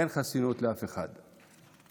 אין חסינות לאף אחד.